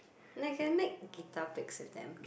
like can make guitar picks with them